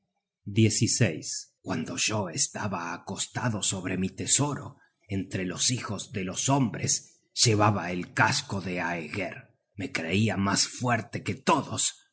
mode cuando yo estaba acostado sobre mi tesoro entre los hijos de los hombres llevaba el casco de aeger me creia mas fuerte que todos